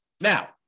Now